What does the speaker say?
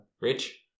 Rich